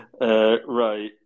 Right